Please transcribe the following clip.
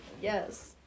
Yes